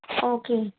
okay